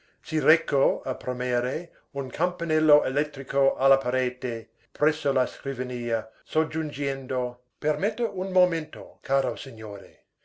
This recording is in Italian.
si recò a premere un campanello elettrico alla parete presso la scrivania soggiungendo permetta un momento caro signore